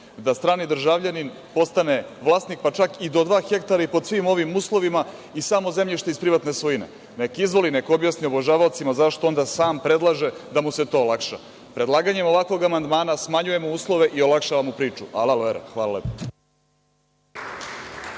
da strani državljanin postane vlasnik pa čak i do 2 ha pod svim ovim uslovima i samo zemljište iz privatne svojine, neka izvoli, neka objasni obožavaocima zašto onda sam predlaže da mu se to olakša. Predlaganjem ovakvog amandmana smanjujemo uslove i olakšavamo priču. Alal vera. Hvala lepo.